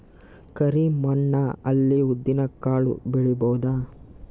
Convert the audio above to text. ಕರಿ ಮಣ್ಣ ಅಲ್ಲಿ ಉದ್ದಿನ್ ಕಾಳು ಬೆಳಿಬೋದ?